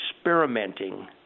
experimenting